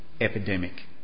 epidemic